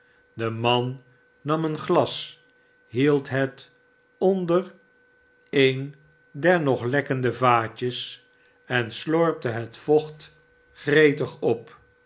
de man nam een glas hield het onder een der nog lekkende vaatjes en slorpte het vocht gretig op